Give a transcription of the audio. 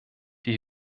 die